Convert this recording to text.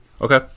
Okay